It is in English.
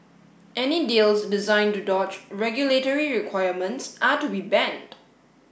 any deals designed to dodge regulatory requirements are to be banned